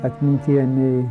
atmintyje nei